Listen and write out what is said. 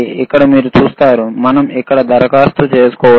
ఇక్కడ మీరు చూస్తారు మనం ఇక్కడ దరఖాస్తు చేసుకోవచ్చు